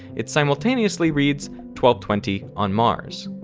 it simultaneously reads twelve twenty on mars.